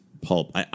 pulp